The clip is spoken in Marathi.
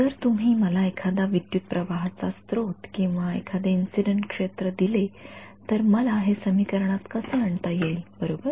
जर तुम्ही मला एखादा विद्युतप्रवाहाचा स्रोत किंवा एखादे इंसिडेन्ट क्षेत्र दिले तर मला हे समीकरणात कसे आणता येईल बरोबर